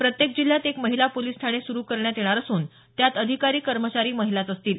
प्रत्येक जिल्ह्यात एक महिला पोलिस ठाणे सुरु करणार असून त्यात अधिकारी कर्मचारी महिलाच असतील